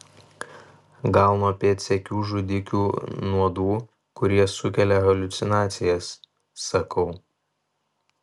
gal nuo pėdsekių žudikių nuodų kurie sukelia haliucinacijas sakau